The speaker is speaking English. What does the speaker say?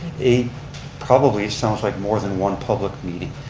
it probably sounds like more than one public meeting.